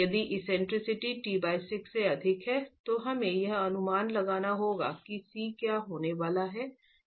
यदि eccentricity t6 से अधिक है तो हमें यह अनुमान लगाना होगा कि c क्या होने वाला है जो t से कम है